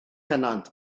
pennant